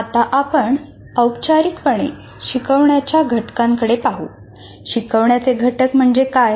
आता आपण औपचारिकपणे शिकवण्याच्या घटकांकडे पाहू शिकवण्याचे घटक म्हणजे काय